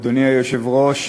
אדוני היושב-ראש,